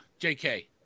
JK